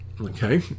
okay